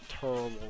Terrible